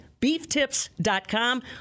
beeftips.com